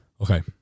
Okay